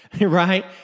right